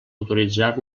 autoritzar